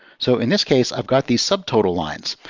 so in this case, i've got these subtotal lines.